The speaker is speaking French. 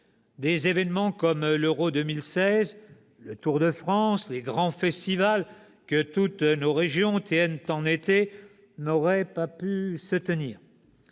des événements comme l'Euro 2016, le Tour de France, les grands festivals que toutes nos régions tiennent en été n'auraient pas pu avoir